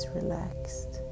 relaxed